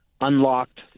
unlocked